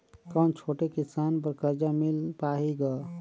कौन छोटे किसान बर कर्जा मिल पाही ग?